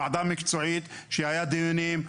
ועדה מקצועית שהיה דיונים,